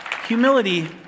Humility